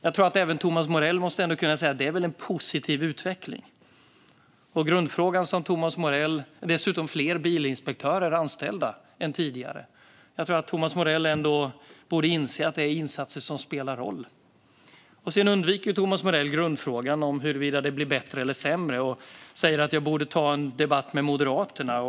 Jag tror att även Thomas Morell ändå måste kunna säga att det är en positiv utveckling. Dessutom är fler bilinspektörer anställda än tidigare. Thomas Morell borde ändå inse att det är insatser som spelar roll. Thomas Morell undviker grundfrågan om huruvida det har blivit bättre eller sämre och säger att jag borde ta en debatt med Moderaterna.